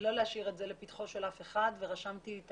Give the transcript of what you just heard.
לא להשאיר את זה לפתחו של אף אחד ורשמתי את